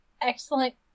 excellent